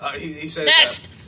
next